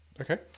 Okay